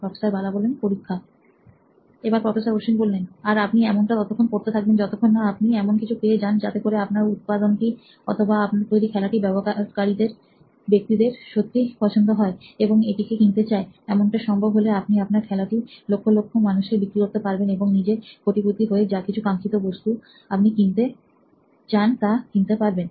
professor Bala পরীক্ষা professor Ashwin আর আপনি এমনটা ততক্ষণ করতে থাকবেন যতক্ষন না আপনি এমন কিছু পেয়ে যান যাতে করে আপনার উৎপাদন টি অথবা আপনার তৈরি খেলাটি ব্যবহারকারী ব্যক্তিদের সত্যিই পছন্দ হয় এবং এটিকে কিনতে চায় এমনটা সম্ভব হলে আপনি আপনার খেলাটি লক্ষ লক্ষ মানুষকে বিক্রি করতে পারবেন এবং নিজে কোটিপতি হয়ে যা কিছু কাঙ্খিত বস্তু আপনি কিনতে চান তা কিনতে পারবেন